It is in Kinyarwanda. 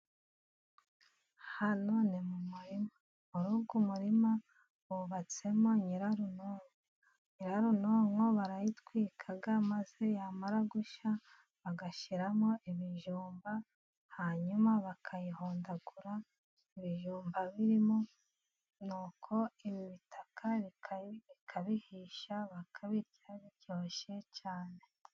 Hano ni mu murima, muri uyu umurima hubatsemo nyirarunonko, nyirarunonko barayitwika maze yamara gushya, bagashyiramo ibijumba, hanyuma bakayihondagura ibijumba birimo, nuko ibitaka bikabihisha bakabirya biryoshye cyane.